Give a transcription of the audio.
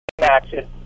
action